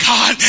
God